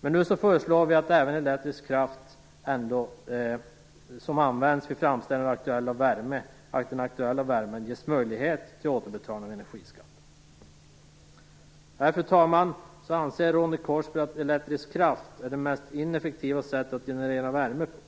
rätt i. Nu föreslår vi dock en möjlighet till återbetalning av energiskatt även på elektrisk kraft som används vid framställning av den aktuella värmen. Ronny Korsberg anser att elektrisk kraft är det mest ineffektiva sättet att generera värme på.